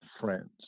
friends